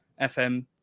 FM